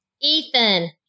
Ethan